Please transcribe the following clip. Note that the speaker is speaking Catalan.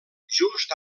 just